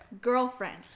Girlfriend